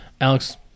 Alex